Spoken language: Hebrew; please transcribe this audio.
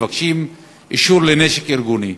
ומבקשים אישור לנשק ארגוני,